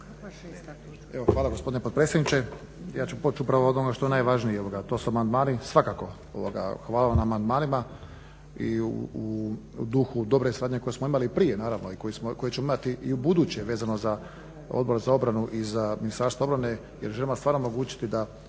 Hvala gospodine potpredsjedniče. Ja ću poći upravo od onog što je najvažnije, a to su amandmani. Svakako hvala vam na amandmanima i u duhu dobre suradnje koju smo imali prije i koju ćemo imati i ubuduće vezano za Odbor za obranu i za Ministarstvo obrane jer želimo stvarno omogućiti da